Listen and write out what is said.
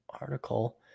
article